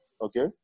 okay